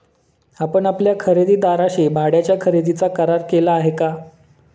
आपण आपल्या खरेदीदाराशी भाड्याच्या खरेदीचा करार केला आहे का?